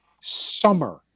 summer